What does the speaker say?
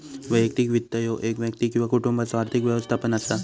वैयक्तिक वित्त ह्यो एक व्यक्ती किंवा कुटुंबाचो आर्थिक व्यवस्थापन असा